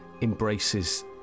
embraces